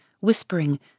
whispering